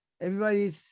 everybody's